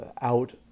out